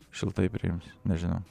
šiltai priims nežinau